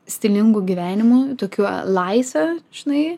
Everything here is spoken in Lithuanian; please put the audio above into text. stilingu gyvenimu tokiu laisve žinai